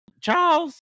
Charles